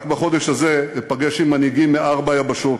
רק בחודש הזה אפגש עם מנהיגים מארבע יבשות.